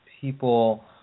people